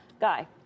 Guy